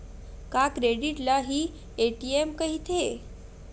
का क्रेडिट ल हि ए.टी.एम कहिथे?